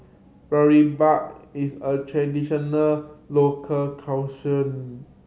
boribap is a traditional local